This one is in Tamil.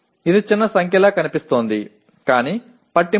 இது ஒரு சிறிய எண் போல் தெரிகிறது ஆனால் ஒரு பொருட்டல்ல